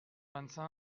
vincent